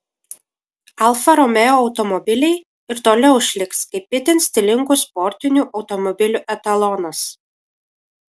alfa romeo automobiliai ir toliau išliks kaip itin stilingų sportinių automobilių etalonas